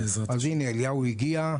אז הינה, אליהו הגיע.